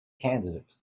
candidate